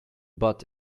but